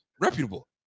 reputable